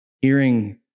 Hearing